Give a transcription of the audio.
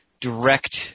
direct